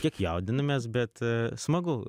kiek jaudinomės bet smagu